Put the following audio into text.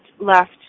left